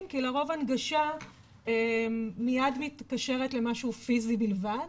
כי לרוב הנגשה מיד מתקשרת למשהו פיסי בלבד